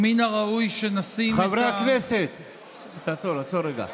ומן הראוי שנשים את עצור, עצור רגע.